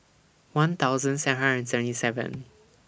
one thousand seven hundred and seventy seven